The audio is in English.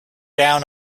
down